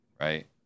Right